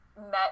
met